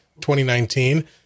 2019